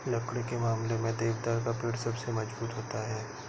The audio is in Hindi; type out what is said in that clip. लकड़ी के मामले में देवदार का पेड़ सबसे मज़बूत होता है